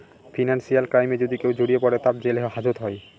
financial ক্রাইমে যদি কেউ জড়িয়ে পরে, তার জেল হাজত হয়